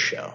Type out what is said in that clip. show